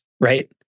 right